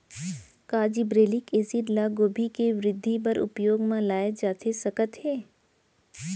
का gibberellic acid ल गोभी के वृद्धि बर उपयोग म लाये जाथे सकत हे?